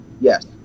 Yes